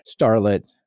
Starlet